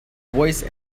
voice